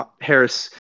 Harris